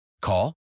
Call